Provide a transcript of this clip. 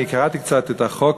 אני קראתי קצת את החוק,